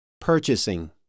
Purchasing